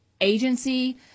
agency